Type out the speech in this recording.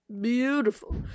Beautiful